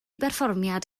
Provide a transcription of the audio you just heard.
berfformiad